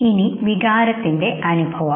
ഇനി വികാരത്തിന്റെ അനുഭവം